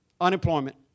unemployment